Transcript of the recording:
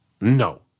No